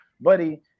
Buddy